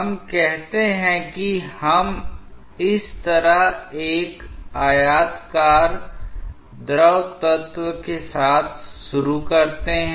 हम कहते हैं कि हम इस तरह एक आयताकार द्रव तत्व के साथ शुरू करते हैं